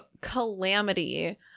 calamity